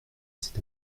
cet